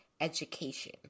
education